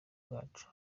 bwacu